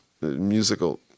musical